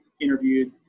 interviewed